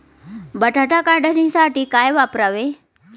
बटाटा काढणीसाठी काय वापरावे?